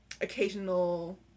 occasional